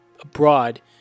abroad